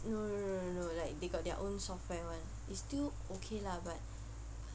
no no no no no like they got their own software [one] it's still okay lah but